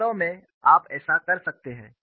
वास्तव में आप ऐसा कर सकते हैं